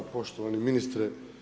Poštovani ministre.